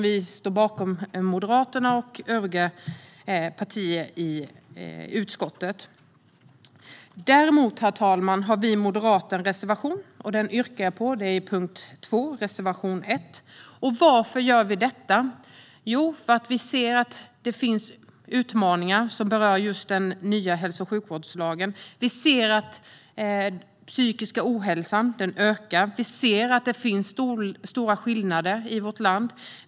Vi moderater och övriga partier i utskottet ställer oss bakom den. Däremot, herr talman, har vi moderater en reservation som jag yrkar bifall till, reservation 1, punkt 2. Och varför gör vi det? Jo, därför att vi ser att det finns utmaningar som berör den nya hälso och sjukvårdslagen. Den psykiska ohälsan ökar. Det är stora skillnader i vårt land.